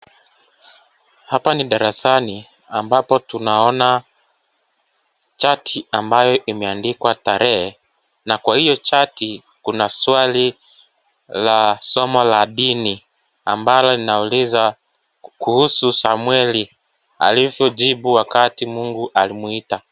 Hapa ni darasani ambapo tunaona chati ambayo imeandikwa tarehe na kwa hiyo chati kuna swali la somo la dini ambalo linauliza kuhusu Samweli alivyojibu wakati Mungu alimwita.